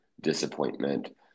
disappointment